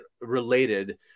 related